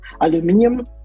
Aluminium